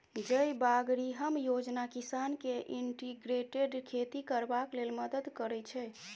जयबागरिहम योजना किसान केँ इंटीग्रेटेड खेती करबाक लेल मदद करय छै